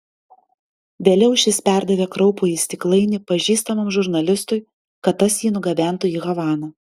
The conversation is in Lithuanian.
vėliau šis perdavė kraupųjį stiklainį pažįstamam žurnalistui kad tas jį nugabentų į havaną